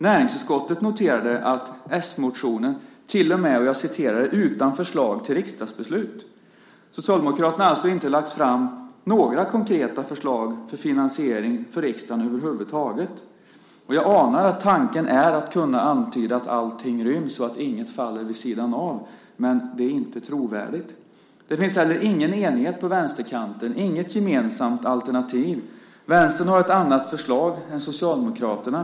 Näringsutskottet noterade att s-motionen var utan förslag till riksdagsbeslut. Socialdemokraterna har alltså över huvud taget inte lagt fram några konkreta förslag till finansiering för riksdagen. Jag anar att tanken är att kunna antyda att allt ryms och att inget faller vid sidan av - men det är inte trovärdigt. Det finns inte heller någon enighet på vänsterkanten, inget gemensamt alternativ. Vänstern har ett annat förslag än Socialdemokraterna.